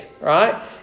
right